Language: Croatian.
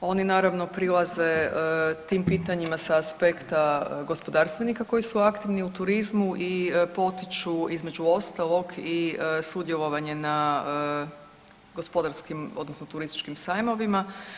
On naravno prilaze tim pitanjima sa aspekta gospodarstvenika koji su aktivni u turizmu i potiču, između ostalog i sudjelovanje na gospodarskim, odnosno turističkim sajmovima.